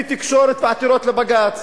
ותקשורת ועתירות לבג"ץ?